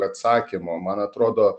atsakymo man atrodo